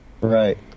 Right